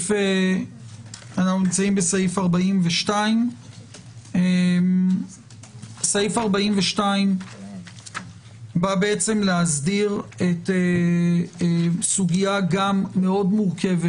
סעיף 42. הוא בא להסדיר סוגיה מאוד מורכבת.